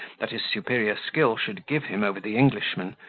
that his superior skill should give him over the englishman,